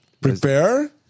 prepare